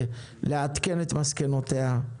לעדכן את מסקנותיה.